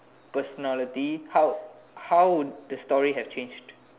personality how how would the story have changed